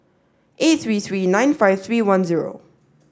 eight three three nine five three one zero